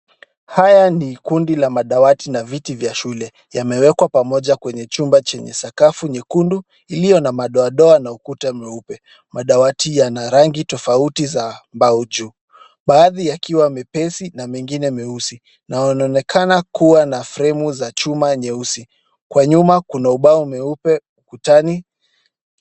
Haya ni kundi la madawati na viti vya shule. Yamewekwa pamoja kwenye chumba chenye sakafu nyekundu iliyo na mandoandoa na ukuta mweupe. Madawati yana rangi tofauti za mbao juu, baadhi yakiwa mepesi na mengine meusi, na yanaonekana kuwa na fremu za chuma nyeusi. Kwa nyuma kuna ubao mweupe ukutani.